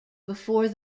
before